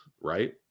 right